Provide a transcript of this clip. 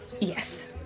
Yes